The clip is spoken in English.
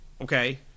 Okay